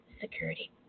security